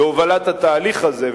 בהובלת התהליך הזה.